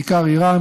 בעיקר איראן,